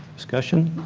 discussion?